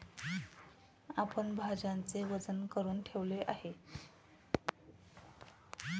आपण भाज्यांचे वजन करुन ठेवले आहे